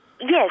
Yes